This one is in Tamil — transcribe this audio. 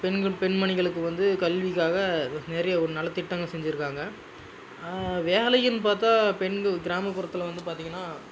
பெண்கள் பெண்மணிகளுக்கு வந்து கல்விக்காக நிறைய நல திட்டங்கள் செஞ்சுருக்காங்க வேலையும் பார்த்தா பெண்கள் கிராமப்புறத்தில் வந்து பார்த்திங்கனா